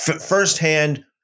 firsthand